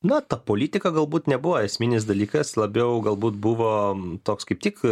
na ta politika galbūt nebuvo esminis dalykas labiau galbūt buvo toks kaip tik